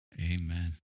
Amen